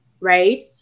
right